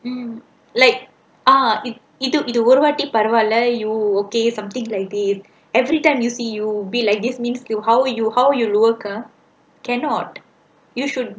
mm like uh you you இது ஒரு வாட்டி பரவா இல்ல:idhu oruvaatti paravaa illa you okay something like this everytime you see you be like this means to how you how you work ha cannot you should